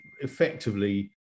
effectively